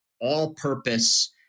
all-purpose